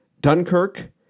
Dunkirk